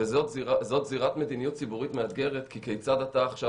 וזאת זירת מדיניות ציבורית מאתגרת כי כיצד אתה עכשיו